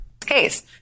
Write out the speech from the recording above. Case